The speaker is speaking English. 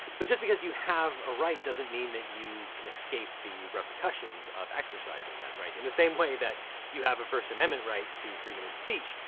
but just because you have a right doesn't mean that you can escape the repercussions of exercising that right. in the same way that you have a first amendment right to freedom of speech,